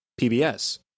PBS